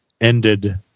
ended